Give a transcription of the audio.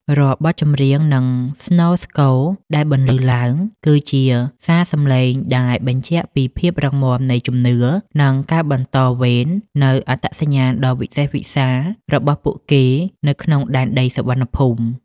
រាល់បទចម្រៀង និងស្នូរស្គរដែលបន្លឺឡើង គឺជាសារសំឡេងដែលបញ្ជាក់ពីភាពរឹងមាំនៃជំនឿ និងការបន្តវេននូវអត្តសញ្ញាណដ៏វិសេសវិសាលរបស់ពួកគេនៅក្នុងដែនដីសុវណ្ណភូមិ។